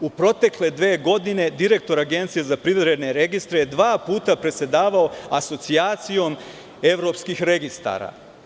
U protekle dve godine direktor Agencije za privredne registre je dva puta predsedavao Asocijacijom evropskih registara.